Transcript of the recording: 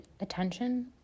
attention